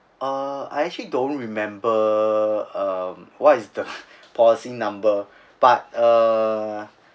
uh I actually don't remember uh um what is the policy number but uh